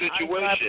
situation